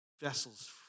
vessels